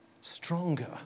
stronger